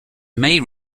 may